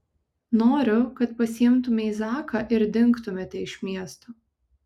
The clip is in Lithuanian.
noriu kad pasiimtumei zaką ir dingtumėte iš miesto